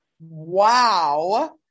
wow